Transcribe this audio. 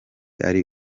ari